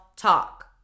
talk